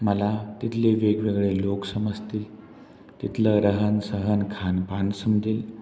मला तिथले वेगवेगळे लोक समजतील तिथलं रहनसहन खानपान समजेल